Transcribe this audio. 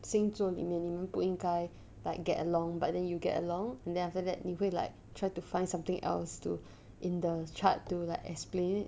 星座里面你们不应该 like get along but then you get along then after that 你会 like try to find something else to in the chart to like explain